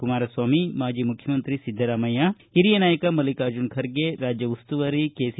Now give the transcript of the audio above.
ಕುಮಾರಸ್ವಾಮಿ ಮಾಜಿ ಮುಖ್ಯಮಂತ್ರಿ ಸಿದ್ದರಾಮಯ್ಯ ಹಿರಿಯ ನಾಯಕ ಮಲ್ಲಿಕಾರ್ಜುನ ಖರ್ಗೆ ರಾಜ್ಯ ಉಸ್ತುವಾರಿ ಕೆಸಿ